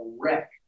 wreck